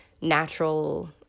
natural